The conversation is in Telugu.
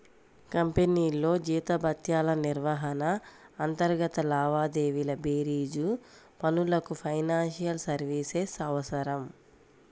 కంపెనీల్లో జీతభత్యాల నిర్వహణ, అంతర్గత లావాదేవీల బేరీజు పనులకు ఫైనాన్షియల్ సర్వీసెస్ అవసరం